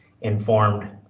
informed